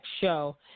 show